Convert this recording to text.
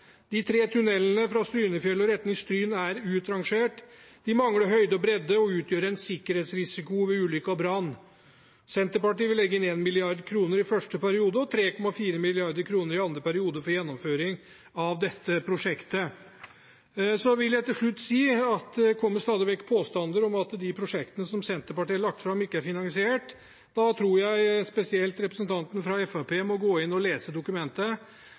De tre tunnelene fra Strynefjellet i retning Stryn er utrangert. De mangler høyde og bredde og utgjør en sikkerhetsrisiko ved ulykke og brann. Senterpartiet vil legge inn 1 mrd. kr i første periode og 3,4 mrd. kr i andre periode for gjennomføring av dette prosjektet. Til slutt: Det kommer stadig vekk påstander om at de prosjektene som Senterpartiet har lagt fram, ikke er finansiert. Da tror jeg spesielt representanten fra Fremskrittspartiet må gå inn og lese dokumentet.